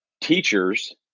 teachers